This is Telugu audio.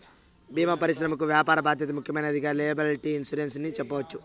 భీమా పరిశ్రమకి వ్యాపార బాధ్యత ముఖ్యమైనదిగా లైయబిలిటీ ఇన్సురెన్స్ ని చెప్పవచ్చు